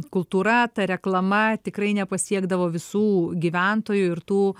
kultūra ta reklama tikrai nepasiekdavo visų gyventojų ir tų